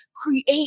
create